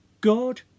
God